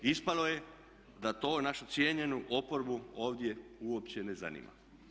Ispalo je da to našu cijenjenu oporbu ovdje uopće ne zanima.